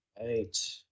Eight